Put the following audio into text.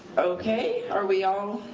okay, are we all